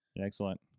Excellent